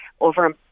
Over